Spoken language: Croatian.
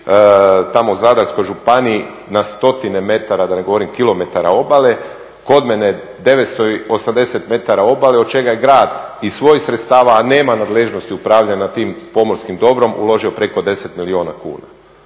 tamo Zadarskoj županiji na stotine metara, da ne govorim kilometara obale. Kod mene 980 m obale od čega je grad iz svojih sredstava, a nema nadležnosti upravljanja tim pomorskim dobrom uložio preko 10 milijuna kuna